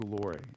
glory